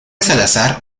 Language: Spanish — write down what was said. salazar